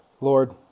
Lord